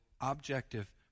objective